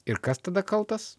ir kas tada kaltas